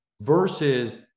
versus